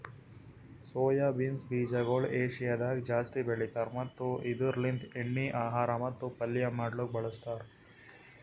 soya beans ಬೀಜಗೊಳ್ ಏಷ್ಯಾದಾಗ್ ಜಾಸ್ತಿ ಬೆಳಿತಾರ್ ಮತ್ತ ಇದುರ್ ಲಿಂತ್ ಎಣ್ಣಿ, ಆಹಾರ ಮತ್ತ ಪಲ್ಯ ಮಾಡ್ಲುಕ್ ಬಳಸ್ತಾರ್